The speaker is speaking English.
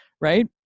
right